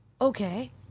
Okay